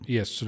Yes